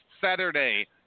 Saturday